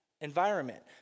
environment